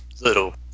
little